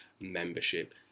membership